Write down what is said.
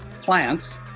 plants